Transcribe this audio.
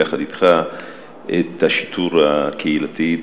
יחד אתך את השיטור הקהילתי,